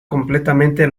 completamente